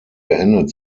beendet